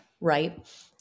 right